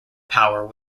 power